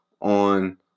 on